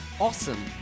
Awesome